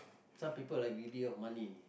some people like greedy of money